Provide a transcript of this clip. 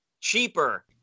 cheaper